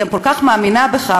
אני גם כל כך מאמינה בך,